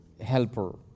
helper